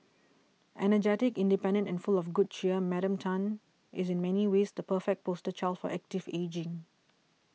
energetic independent and full of good cheer Madam Tan is in many ways the perfect poster child for active ageing